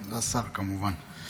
והשר כמובן.